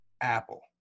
Apple